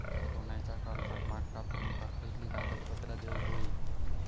सोन्याच्या कर्जाक माका तुमका खयली कागदपत्रा देऊक व्हयी?